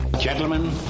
Gentlemen